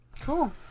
Cool